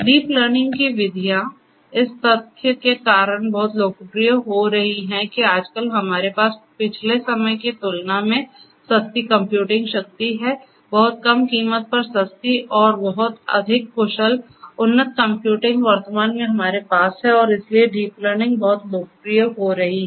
deep learning की विधियां इस तथ्य के कारण बहुत लोकप्रिय हो रही हैं कि आजकल हमारे पास पिछले समय की तुलना में सस्ती कंप्यूटिंग शक्ति है बहुत कम कीमत पर सस्ती और बहुत अधिक कुशल उन्नत कंप्यूटिंग वर्तमान में हमारे पास है और इसलिए डीप लर्निंग बहुत लोकप्रिय हो रही है